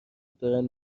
دارن